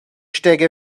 stecke